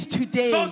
today